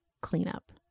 cleanup